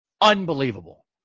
unbelievable